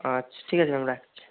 আচ্ছা ঠিক আছে ম্যাম রাখছি